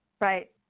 Right